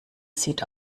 sieht